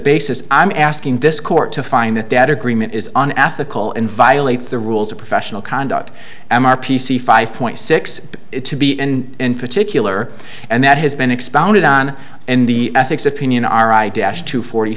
basis i'm asking this court to find that debt agreement is an ethical and violates the rules of professional conduct m r p c five point six it to be and in particular and that has been expounded on in the ethics opinion are i dashed to forty